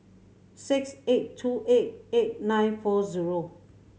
six eight two eight eight nine four zero